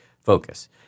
focus